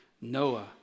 Noah